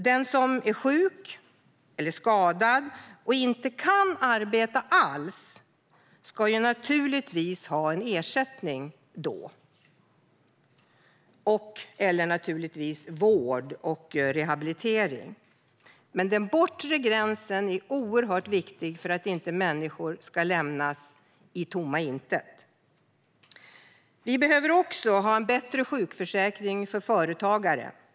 Den som är sjuk eller skadad och inte kan arbeta alls ska naturligtvis då ha en ersättning eller vård och rehabilitering. Men den bortre gränsen är oerhört viktig för att människor inte ska lämnas i tomma intet. Det behövs också en bättre sjukförsäkring för företagare.